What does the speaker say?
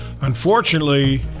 unfortunately